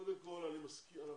קודם כל אנחנו מסכימים,